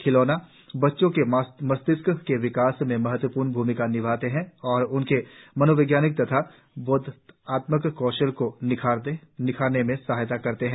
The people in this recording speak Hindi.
खिलौने बच्चों के मस्तिष्क के विकास में महत्वपूर्ण भूमिका निभाते हैं और उनके मनोवैज्ञानिक तथा बोधात्मक कौशल को निखारने में भी सहायता करते हैं